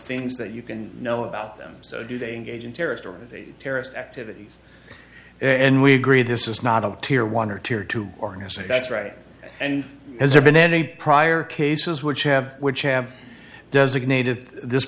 things that you can know about them so do they engage in terrorist organization terrorist activities and we agree this is not a tier one or to or to organise a that's right and has there been any prior cases which have which have designated this